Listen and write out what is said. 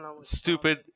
stupid